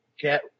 get